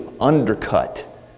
undercut